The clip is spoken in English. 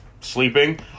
sleeping